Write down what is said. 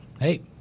Hey